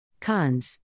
Cons